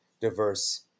diverse